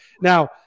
Now